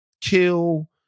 kill